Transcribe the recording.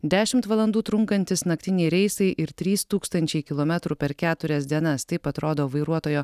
dešimt valandų trunkantys naktiniai reisai ir trys tūkstančiai kilometrų per keturias dienas taip atrodo vairuotojo